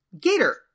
Gator